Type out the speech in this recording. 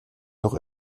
noch